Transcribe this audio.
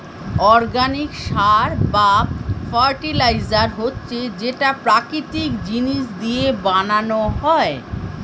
organic সার বা fertiliser হচ্ছে যেটা প্রাকৃতিক জিনিস দিয়ে বানানো হয়